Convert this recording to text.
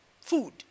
food